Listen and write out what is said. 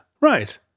right